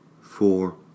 four